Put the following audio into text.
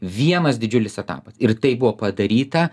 vienas didžiulis etapas ir tai buvo padaryta